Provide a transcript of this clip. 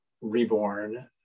reborn